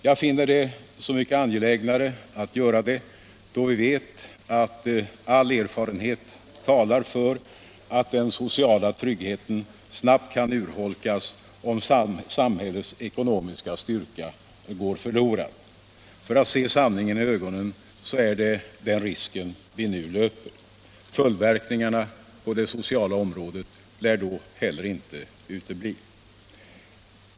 Jag finner det så mycket angelägnare att göra det som vi vet att all erfarenhet talar för att den sociala tryggheten snabbt kan urholkas om samhällets ekonomiska styrka går förlorad. För att se sanningen i ögonen så är det den risken vi nu löper. Följdverkningarna på det sociala området lär då inte heller utebli.